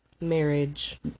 Marriage